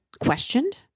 questioned